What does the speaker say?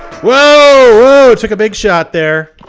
whoa! took a big shot there!